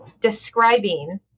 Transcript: describing